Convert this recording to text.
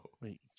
Wait